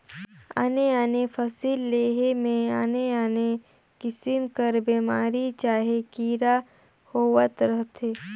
आने आने फसिल लेहे में आने आने किसिम कर बेमारी चहे कीरा होवत रहथें